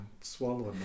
swallowing